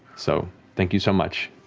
so thank you so much.